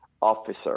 officer